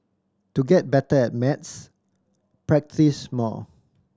to get better at maths practise more